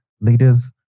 leaders